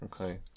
Okay